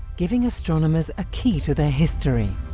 giving astronomers a key to their history.